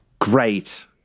great